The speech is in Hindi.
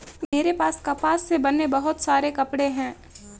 मेरे पास कपास से बने बहुत सारे कपड़े हैं